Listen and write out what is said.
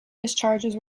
discharges